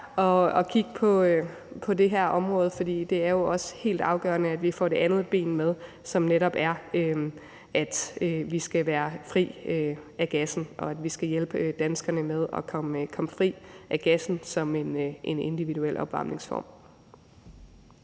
og kigge på det her område. For det er jo også helt afgørende, at vi får det andet ben med, som netop er, at vi skal være fri af gassen, og at vi skal hjælpe danskerne med at komme fri af gassen som en individuel opvarmningsform.